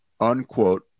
unquote